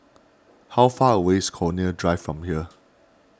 how far away is Connaught Drive from here